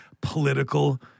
political